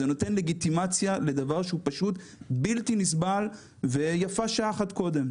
זה נותן לגיטימציה לדבר שהוא פשוט בלתי נסבל ויפה שעה אחת קודם,